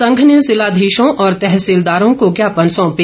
संघ ने जिलाधीशों और तहसीलदारों को ज्ञापन सौंपे